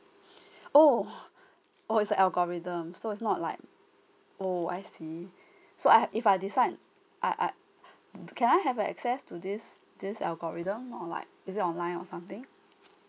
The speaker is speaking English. oh oh is algorithm so it's not like oh I see so I've if I decide I I can I have access to this this algorithm or like is it online or something